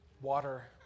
water